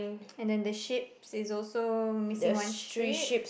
and then the sheep is also missing one sheep